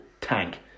tank